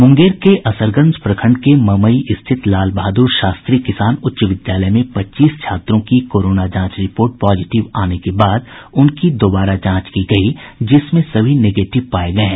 मूंगेर के असरगंज प्रखंड के ममई स्थित लाल बहादूर शास्त्री किसान उच्च विद्यालय में पच्चीस छात्रों की कोरोना जांच रिपोर्ट पॉजिटिव आने के बाद उनकी दोबारा जांच की गई जिसमें सभी नेगेटिव पाये गये हैं